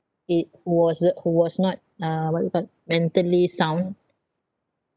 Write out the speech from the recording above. it was uh who was not uh what do you call that mentally sound